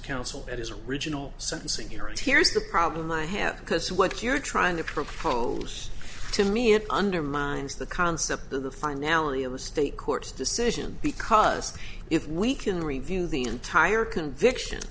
counsel at his original sentencing hearing here's the problem i have because what you're trying to propose to me it undermines the concept of the finality of the state court's decision because if we can review the entire conviction